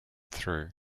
through